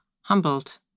humbled